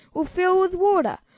will fill with water.